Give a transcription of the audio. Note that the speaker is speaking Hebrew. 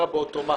באוטומט